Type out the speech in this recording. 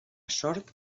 sort